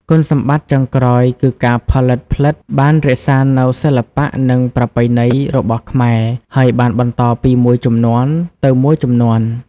គុណសម្បត្តិចុងក្រោយគឺការផលិតផ្លិតបាន រក្សានូវសិល្បៈនិងប្រពៃណី របស់ខ្មែរ ហើយបានបន្តពីមួយជំនាន់ទៅមួយជំនាន់។